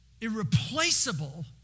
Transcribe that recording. irreplaceable